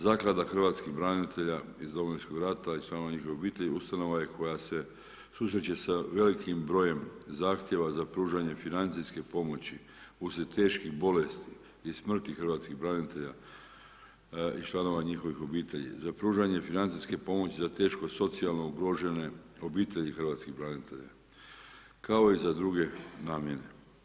Zaklada Hrvatskih branitelja iz Domovinskog rata i članova njihovih obitelji ustanova je koja se susreće sa velikim brojem zahtjeva za pružanjem financijaške pomoći uslijed teških bolesti i smrti Hrv. branitelja i članova njihovih obitelji, za pružanje financijske pomoći za teško socijalno ugrožene obitelji Hrvatski branitelja kao i za drugo namjene.